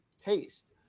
taste